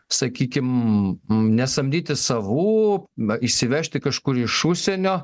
sakykim nesamdyti savų va įsivežti kažkur iš užsienio